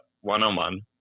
one-on-one